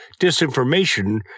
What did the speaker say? disinformation